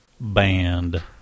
Band